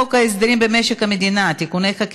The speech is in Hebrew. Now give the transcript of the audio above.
31